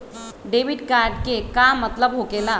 Debit card के का मतलब होकेला?